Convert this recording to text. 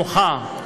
מנוחה,